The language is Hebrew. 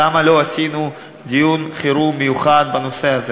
למה לא עשינו דיון חירום מיוחד בנושא הזה?